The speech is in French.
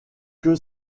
que